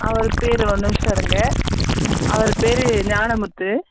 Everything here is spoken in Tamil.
அவர் பேர் ஒரு நிமிஷம் இருங்கள் அவர் பேர் ஞானமுத்து